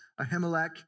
Ahimelech